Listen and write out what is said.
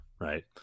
right